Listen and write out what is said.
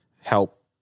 help